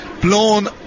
Blown